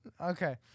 Okay